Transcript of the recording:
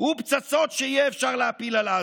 ופצצות שיהיה אפשר להפיל על עזה.